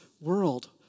world